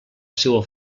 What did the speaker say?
seua